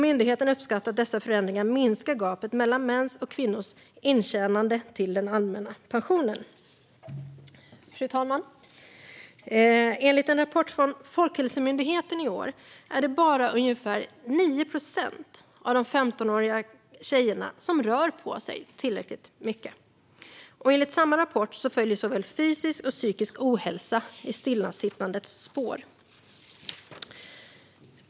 Myndigheten har uppskattat att dessa förändringar minskar gapet mellan mäns och kvinnors intjänande till den allmänna pensionen. Fru talman! Enligt en rapport från Folkhälsomyndigheten i år är det bara ungefär 9 procent av de 15-åriga tjejerna som rör på sig tillräckligt mycket. Enligt samma rapport följer såväl fysisk som psykisk ohälsa i stillasittandets spår.